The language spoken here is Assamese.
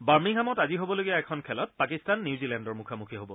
বাৰ্মিংহামত আজি হবলগীয়া এখন খেলত পাকিস্তান নিউজিলেণ্ডৰ মুখামুখি হব